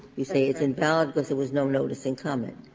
you say it's invalid because there was no notice and comment.